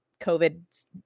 COVID